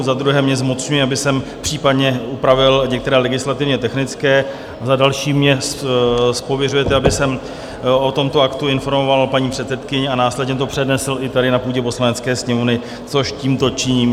Za druhé mě zmocňuje, abych případně upravil některé legislativně technické, a za další mě pověřuje, abych o tomto aktu informoval paní předsedkyni a následně to přednesl i tady na půdě Poslanecké sněmovny, což tímto činím.